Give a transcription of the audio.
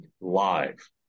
live